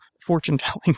fortune-telling